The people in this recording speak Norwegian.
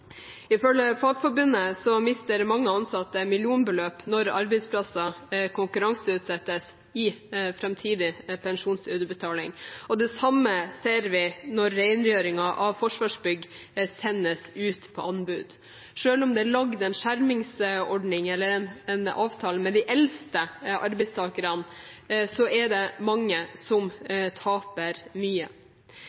samme ser vi når rengjøringen av Forsvarsbygg legges ut på anbud. Selv om det er laget en skjermingsordning for, eller en avtale med, de eldste arbeidstakerne, er det mange som taper mye.